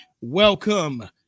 Welcome